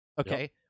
okay